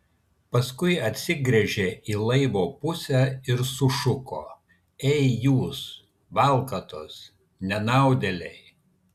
paskui atsigręžė į laivo pusę ir sušuko ei jūs valkatos nenaudėliai